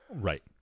right